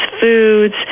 foods